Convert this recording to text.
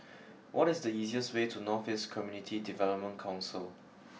what is the easiest way to North East Community Development Council